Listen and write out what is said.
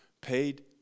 paid